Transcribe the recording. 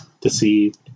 Deceived